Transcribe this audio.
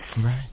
Right